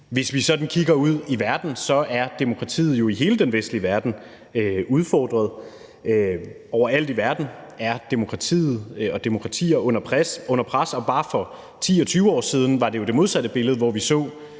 Hvis vi kigger ud i verden, er demokratiet i hele den vestlige verden jo udfordret. Overalt i verden er demokratiet og demokratier under pres, og bare for 10 og 20 år siden var det jo det modsatte billede, hvor vi så